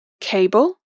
cable